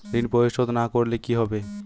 ঋণ পরিশোধ না করলে কি হবে?